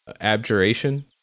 abjuration